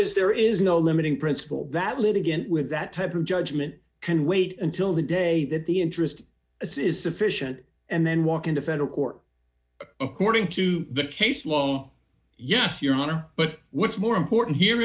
is there is no limiting principle that litigant with that type of judgment can wait until the day that the interest as is sufficient and then walk into federal court according to the case low yes your honor but what's more important here